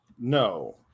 No